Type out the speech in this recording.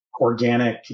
organic